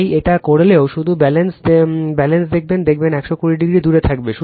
তাই এটা করলেও শুধু ব্যালেন্সড দেখবেন দেখবেন মাত্র 120o দূরে থাকবে